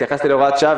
התייחסתי להוראת שעה.